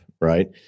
right